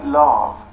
love